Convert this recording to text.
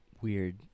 Weird